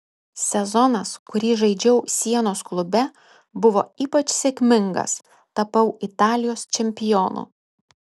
sezonas kurį žaidžiau sienos klube buvo ypač sėkmingas tapau italijos čempionu